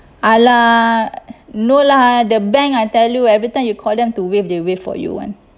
ah lah no lah the bank I tell you every time you call them to waive they waive for you [one]